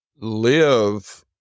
live